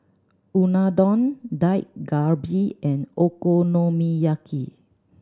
Unadon Dak Galbi and Okonomiyaki